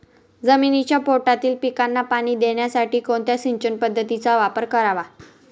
जमिनीच्या पोटातील पिकांना पाणी देण्यासाठी कोणत्या सिंचन पद्धतीचा वापर करावा?